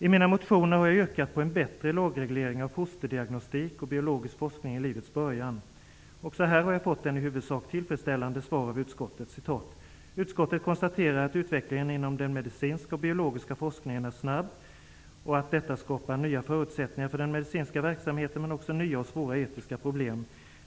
I mina motioner har jag yrkat på en bättre lagreglering av fosterdiagnostik och biologisk forskning i livets början. Också här har jag fått ett i huvudsak tillfredsställande svar: ''Utskottet konstaterar att utvecklingen inom den medicinska och biologiska forskningen är snabb och att detta skapar nya förutsättningar för den medicinska verksamheten men också nya och svåra etiska problem.